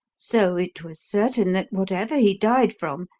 so it was certain that whatever he died from,